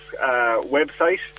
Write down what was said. website